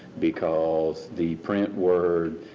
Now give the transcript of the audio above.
because, the print word